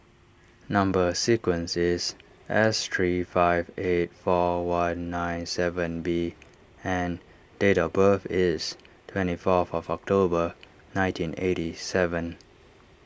Number Sequence is S three five eight four one nine seven B and date of birth is twenty fourth of October nineteen eighty seven